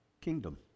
kingdom